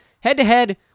Head-to-head